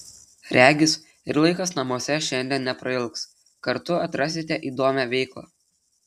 regis ir laikas namuose šiandien neprailgs kartu atrasite įdomią veiklą